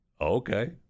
okay